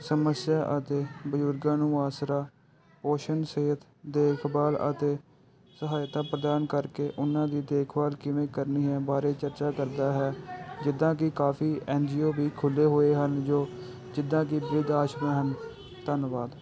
ਸਮੱਸਿਆ ਅਤੇ ਬਜ਼ੁਰਗਾਂ ਨੂੰ ਆਸਰਾ ਪੋਸ਼ਨ ਸੇਧ ਦੇਖਭਾਲ ਅਤੇ ਸਹਾਇਤਾ ਪ੍ਰਦਾਨ ਕਰਕੇ ਉਹਨਾਂ ਦੀ ਦੇਖਭਾਲ ਕਿਵੇਂ ਕਰਨੀ ਹੈ ਬਾਰੇ ਚਰਚਾ ਕਰਦਾ ਹੈ ਜਿੱਦਾਂ ਕਿ ਕਾਫ਼ੀ ਐਨ ਜੀ ਓ ਵੀ ਖੁੱਲ੍ਹੇ ਹੋਏ ਹਨ ਜੋ ਜਿੱਦਾਂ ਕਿ ਬਰਿੱਧ ਆਸ਼ਰਮ ਹਨ ਧੰਨਵਾਦ